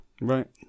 right